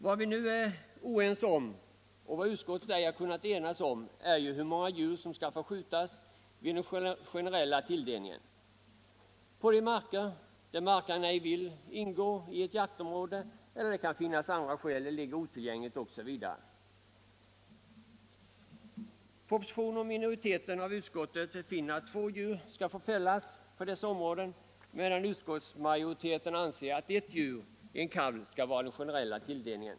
Vad utskottet inte har kunnat enas om är hur många djur som skall få skjutas vid den generella tilldelningen på de marker som inte ingår i ett jaktområde därför att markägaren inte vill det eller av andra skäl —- det ligger kanske otillgängligt till osv. Enligt propositionen skall två djur få fällas på sådana områden, medan utskottsmajoriteten anser att en kalv skall vara den generella tilldelningen.